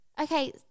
okay